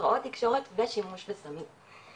הפרעות תקשורת ושימוש בסמים.